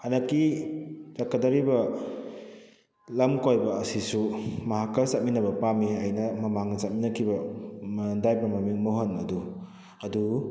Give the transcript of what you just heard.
ꯍꯟꯗꯛꯀꯤ ꯆꯠꯀꯗꯧꯔꯤꯕ ꯂꯝ ꯀꯣꯏꯕ ꯑꯁꯤꯁꯨ ꯃꯍꯥꯛꯀ ꯆꯠꯃꯤꯟꯅꯕ ꯄꯥꯝꯃꯤ ꯑꯩꯅ ꯃꯃꯥꯡꯗ ꯆꯠꯃꯤꯟꯅꯈꯤꯕ ꯗ꯭ꯔꯥꯏꯕꯔ ꯃꯃꯤꯡ ꯃꯣꯍꯟ ꯑꯗꯨ ꯑꯗꯨ